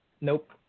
Nope